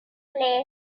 place